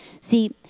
See